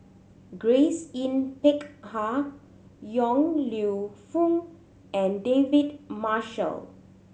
Grace Yin Peck Ha Yong Lew Foong and David Marshall